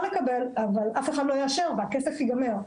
לקבל אבל אף אחד לא יאשר והכסף ייגמר.